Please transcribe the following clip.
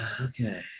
okay